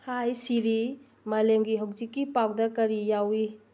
ꯍꯥꯏ ꯁꯤꯔꯤ ꯃꯥꯂꯦꯝꯒꯤ ꯍꯧꯖꯤꯛꯀꯤ ꯄꯥꯎꯗ ꯀꯔꯤ ꯌꯥꯎꯏ